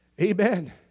Amen